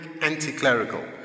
anti-clerical